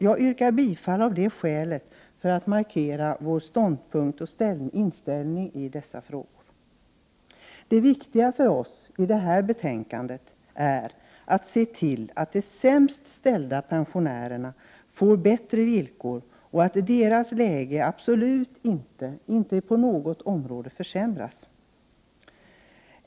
Jag yrkar bifall av det skälet att jag vill markera miljöpartiets ståndpunkt och inställning i dessa frågor. Det viktiga i detta betänkande är för oss att se till att de sämst ställda pensionärerna får bättre villkor och att deras läge absolut inte försämras på något område.